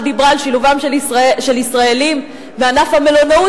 שדיברה על שילובם של ישראלים בענף המלונאות.